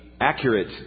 accurate